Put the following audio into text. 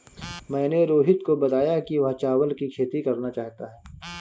मैंने रोहित को बताया कि वह चावल की खेती करना चाहता है